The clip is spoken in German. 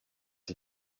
die